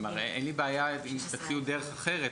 כלומר, אין לי בעיה אם תציעו דרך אחרת.